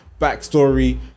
backstory